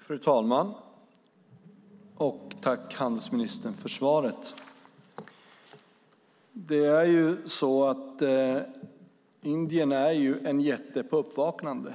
Fru talman! Tack, handelsministern, för svaret. Indien är en jätte i uppvaknande.